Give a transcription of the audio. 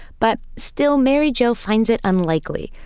but still, mary jo finds it unlikely.